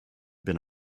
been